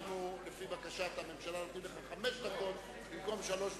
לפי בקשת הממשלה אנחנו נותנים לך חמש דקות ולא שלוש דקות,